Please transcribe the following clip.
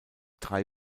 drei